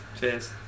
Cheers